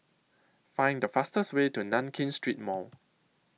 Find The fastest Way to Nankin Street Mall